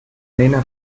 lena